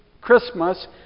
Christmas